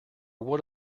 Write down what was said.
one